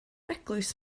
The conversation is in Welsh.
eglwys